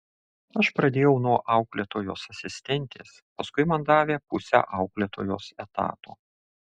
aš pradėjau nuo auklėtojos asistentės paskui man davė pusę auklėtojos etato